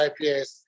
IPAs